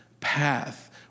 path